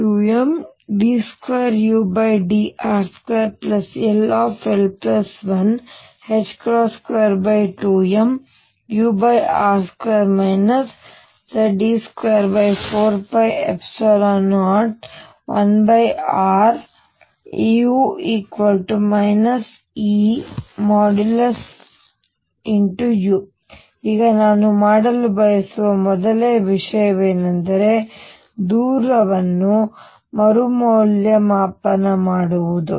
22md2udr2 ll122mur2 Ze24π01ru |E|u ಈಗ ನಾನು ಮಾಡಲು ಬಯಸುವ ಮೊದಲನೇ ವಿಷಯವೆಂದರ ದೂರವನ್ನು ಮರುಮೌಲ್ಯಮಾಪನ ಮಾಡುವುದು